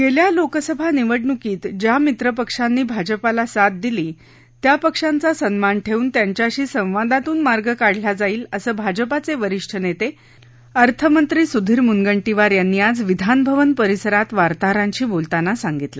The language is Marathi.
गेल्या लोकसभा निवडणुकीत ज्या मित्रपक्षांनी भाजपाला साथ दिली त्या पक्षांचा सन्मान ठेऊन त्यांच्याशी संवादातून मार्ग काढला जाईल असं भाजपाचे वरिष्ठ नेते अर्थमंत्री सुधीर मुनगंटीवार यांनी आज विधानभवन परिसरात वार्ताहरांशी बोलताना सांगितलं